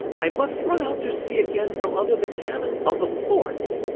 i must run out to sea again from under the cannon of the forts,